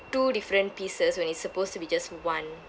two different pieces when it's supposed to be just one